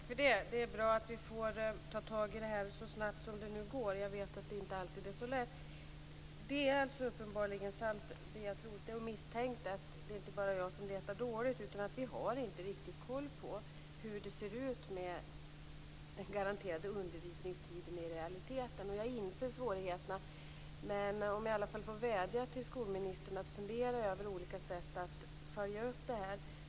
Fru talman! Det är bra att vi tar tag i detta så snabbt det går. Jag vet att det inte alltid är så lätt. Det är uppenbarligen sant det jag trodde och misstänkte, att det inte bara är jag som letar dåligt utan att vi inte riktigt har koll på hur det ser ut med den garanterade undervisningstiden i realiteten. Jag inser svårigheterna, men vill i alla fall vädja till skolministern att fundera över olika sätt att följa upp detta.